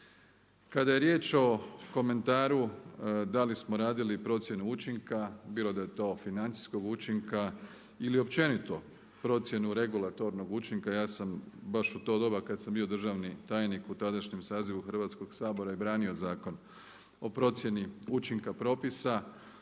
Kada je riječ o komentaru da li smo radili procjene učinka, bilo da je to financijskog učinka ili općenito procjenu regulatornog učinka ja sam baš u to doba kada sam bio državni tajnik u tadašnjem sazivu Hrvatskoga sabora i branio Zakon o procjeni učinka propisa.